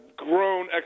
Grown